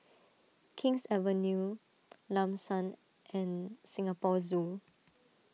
King's Avenue Lam San and Singapore Zoo